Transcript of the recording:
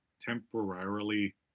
temporarily